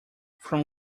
from